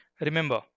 Remember